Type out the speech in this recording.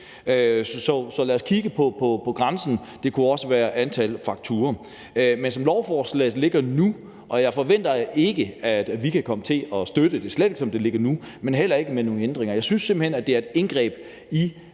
så lad os kigge på grænsen. Det kunne også være antallet af fakturaer. Men som lovforslaget ligger nu, forventer jeg slet ikke, at vi kan komme til at støtte det, og heller ikke med nogle ændringer. Jeg synes simpelt hen, det er et indgreb i